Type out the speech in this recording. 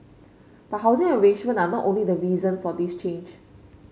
but housing arrangement are not the only reason for this change